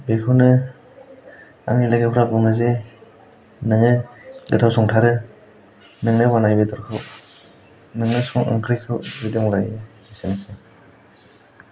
बेखौनो आंनि लोगोफोरा बुङो जे नोङो गोथाव संथारो नोंनो बानाय बेदरखौ नोंनो सं ओंख्रिखौ बिदि बुंलायो एसेनोसै